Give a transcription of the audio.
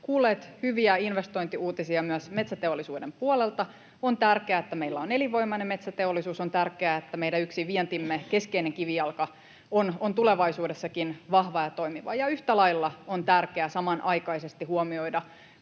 kuulleet hyviä investointiuutisia myös metsäteollisuuden puolelta. On tärkeää, että meillä on elinvoimainen metsäteollisuus. On tärkeää, että yksi meidän vientimme keskeinen kivijalka on tulevaisuudessakin vahva ja toimiva. Ja yhtä lailla on tärkeää samanaikaisesti huomioida